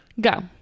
go